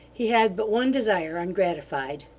he had but one desire ungratified.